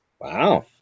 Wow